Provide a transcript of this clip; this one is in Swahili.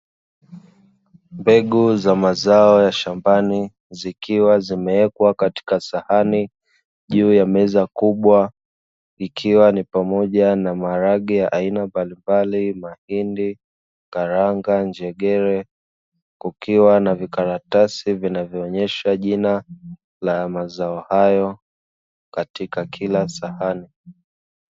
Mbegu za mazao ya shambani zikiwa zimewekwa katika sahani juu ya meza kubwa, ikiwa pamoja na maharage ya aina mbalimbali, mahindi, karanga, njegere kukiwa na vikaratasi vinavyo onyesha jina la mazao hayo katka kila sahani.